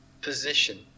position